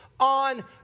On